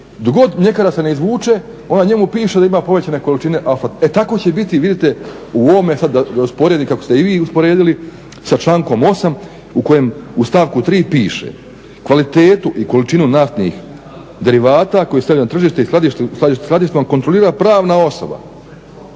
god mljekara se ne izvuče, ova njemu piše da ima povećane količine afla. E tako će i biti vidite, u ovome sad da usporedi kako ste i vi usporedili sa člankom 8. u kojem u stavku 3. piše "kvalitetu i količinu naftnih derivata koji stavljaju na tržište i skladište, kontrolira pravna osoba,